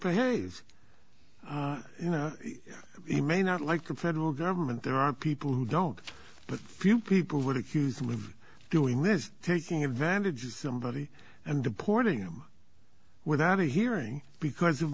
behaves you know he may not like a federal government there are people who don't but few people would accuse him of doing this taking advantage of somebody and deporting him without a hearing because of